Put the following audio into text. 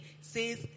says